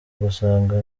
gusanga